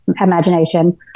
imagination